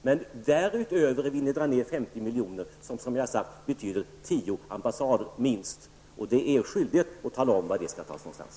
Men därutöver vill ni dra ned 50 miljoner på anslagen, vilket, som jag har sagt, motsvarar minst tio ambassader. Det är er skyldighet att tala om varifrån det skall tas.